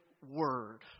word